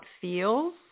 feels